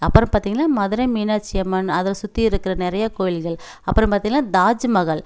அப்புறம் பார்த்தீங்கன்னா மதுரை மீனாட்சியம்மன் அதை சுற்றி இருக்கிற நிறைய கோவில்கள் அப்புறம் பார்த்தீங்கள்னா தாஜுமகால்